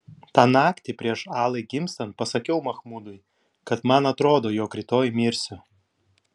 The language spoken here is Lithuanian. tą naktį prieš alai gimstant pasakiau machmudui kad man atrodo jog rytoj mirsiu